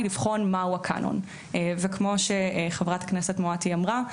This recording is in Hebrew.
לבחון מהו הקנון וכמו שחברת הכנסת מואטי אמרה,